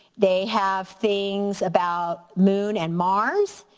they have things about moon and mars.